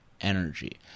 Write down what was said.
energy